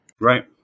Right